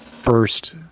first